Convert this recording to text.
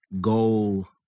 goal